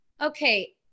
Okay